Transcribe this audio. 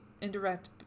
indirect